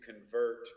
convert